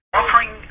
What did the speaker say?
offering